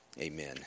Amen